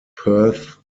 perth